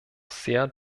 sehr